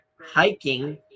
hiking